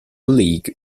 league